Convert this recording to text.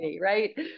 right